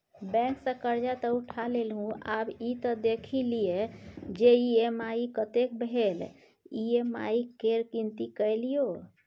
bank सँ करजा तँ उठा लेलहुँ आब ई त देखि लिअ जे ई.एम.आई कतेक भेल ई.एम.आई केर गिनती कए लियौ